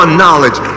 knowledge